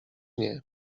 nie